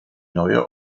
neue